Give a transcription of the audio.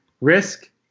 Risk